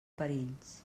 perills